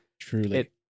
Truly